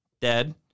dead